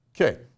Okay